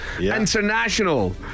international